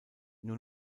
nur